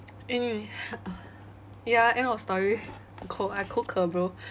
anyway ya end of story 口 I 口渴 bro